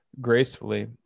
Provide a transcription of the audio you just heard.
gracefully